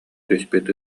түспүт